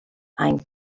and